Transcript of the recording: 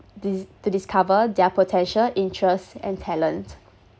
dis~ to discover their potential interest and talent